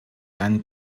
ein